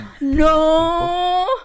No